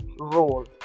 role